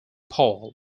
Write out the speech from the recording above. paul